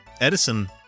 Edison